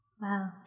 Wow